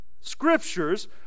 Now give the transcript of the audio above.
Scriptures